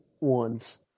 ones